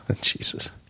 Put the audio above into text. jesus